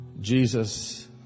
Jesus